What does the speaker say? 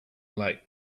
late